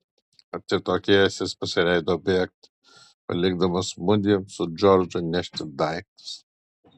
atsitokėjęs jis pasileido bėgti palikdamas mudviem su džordžu nešti daiktus